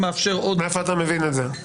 מאיפה אתה מבין את זה?